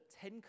Ten